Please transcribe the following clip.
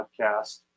podcast